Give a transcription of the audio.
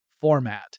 format